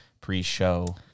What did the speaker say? pre-show